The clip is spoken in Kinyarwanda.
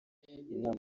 inama